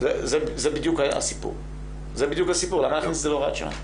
זה בדיוק הסיפור, למה להכניס את זה להוראת שעה?